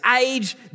age